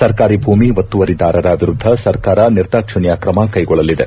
ಸರ್ಕಾರಿ ಭೂಮಿ ಒತ್ತುವರಿದಾರರ ವಿರುದ್ದ ಸರ್ಕಾರ ನಿರ್ದಾಕ್ಷಿಣ್ಯ ತ್ರಮಕ್ಟೆಗೊಳ್ಳಲಿದೆ